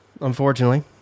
unfortunately